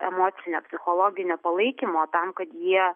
emocinio psichologinio palaikymo tam kad jie